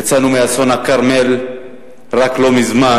יצאנו מאסון הכרמל רק לא מזמן,